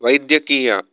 वैद्यकीय